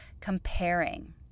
comparing